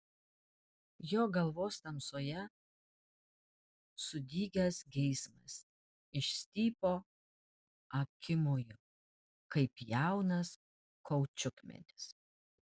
jo galvos tamsoje sudygęs geismas išstypo akimoju kaip jaunas kaučiukmedis